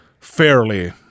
fairly